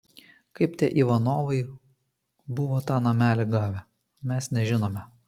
kaip tie ivanovai buvo tą namelį gavę mes nežinome